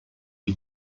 die